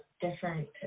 different